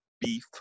beef